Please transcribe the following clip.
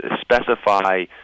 specify